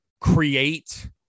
create –